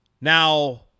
Now